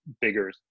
bigger